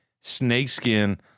snakeskin